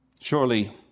Surely